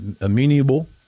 Amenable